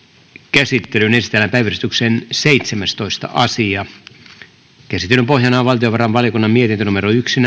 käsittelyyn esitellään päiväjärjestyksen seitsemästoista asia käsittelyn pohjana on valtiovarainvaliokunnan mietintö yksi